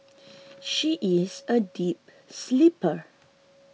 she is a deep sleeper